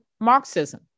Marxism